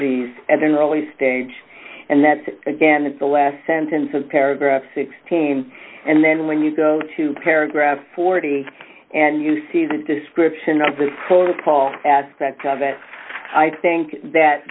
then early stage and that's again in the last sentence of paragraph sixteen and then when you go to paragraph forty and you see the description of the protocol aspect of it i think that